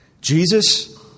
Jesus